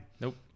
nope